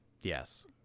Yes